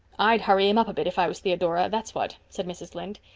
i'd hurry him up a bit, if i was theodora, that's what, said mrs. lynde.